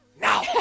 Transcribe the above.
Now